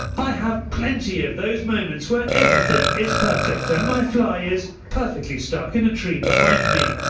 i have plenty of those moments where everything is perfect and my fly is perfectly stuck in a tree behind me.